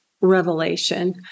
revelation